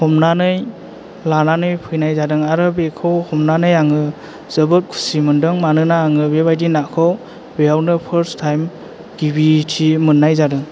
हमनानै लानानै फैनाय जादों आरो बेखौ हमनानै आङो जोबोद कुसि मोनदों मानोना आङो बेबायदि नाखौ बेयावनो फार्स्ट टाइम गिबिथि मोननाय जादों